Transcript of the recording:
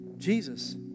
Jesus